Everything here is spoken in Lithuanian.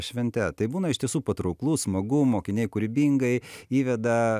švente tai būna iš tiesų patrauklu smagu mokiniai kūrybingai įveda